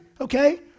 okay